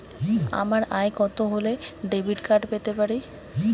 আমার আয় কত হলে ডেবিট কার্ড পেতে পারি?